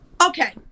Okay